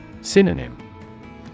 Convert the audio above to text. Synonym